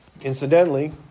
Incidentally